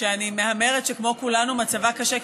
שאני מהמרת שכמו כולנו מצבה קשה,